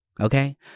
okay